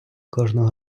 кожного